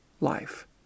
life